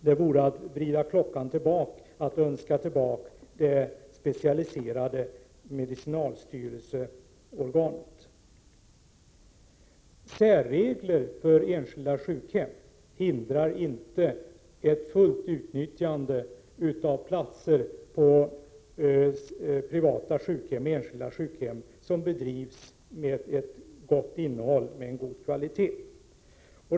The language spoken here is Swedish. Det vore att vrida klockan tillbaka att återinrätta det specialiserade medicinalstyrelseorganet. Särregler för enskilda sjukhem hindrar inte ett fullt utnyttjande av platser på enskilda sjukhem som bedrivs med ett gott innehåll och en god kvalitet.